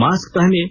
mask पहनें